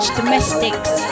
domestics